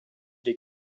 des